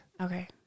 Okay